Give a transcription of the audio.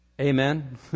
Amen